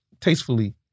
tastefully